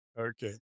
Okay